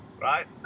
Right